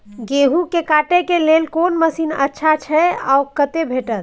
गेहूं के काटे के लेल कोन मसीन अच्छा छै आर ओ कतय भेटत?